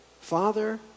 Father